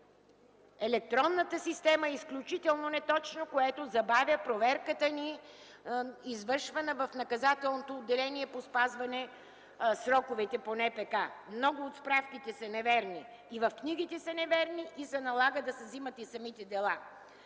електронната система е изключително неточна, което забавя проверката ни, извършвана в Наказателното отделение по спазване сроковете по Наказателнопроцесуалния кодекс. Много от справките са неверни, и в книгите са неверни, и се налага да се вземат самите дела.